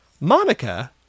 Monica